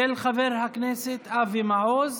מס' 1873, של חבר הכנסת אבי מעוז.